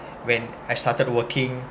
when I started working